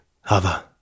Hava